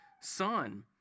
son